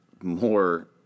more –